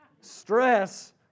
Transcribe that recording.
Stress